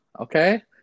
Okay